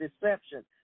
deception